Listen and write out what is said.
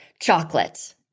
chocolate